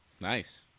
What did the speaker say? Nice